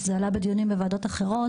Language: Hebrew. זה עלה בדיונים בוועדות אחרות